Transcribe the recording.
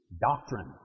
Doctrine